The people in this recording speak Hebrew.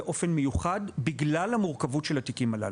באופן מיוחד בגלל המורכבות של התיקים הללו.